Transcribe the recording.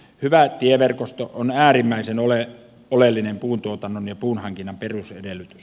hyvä tieverkosto on äärimmäisen oleellinen puuntuotannon ja puunhankinnan perusedellytys